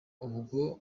ubwo